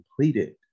completed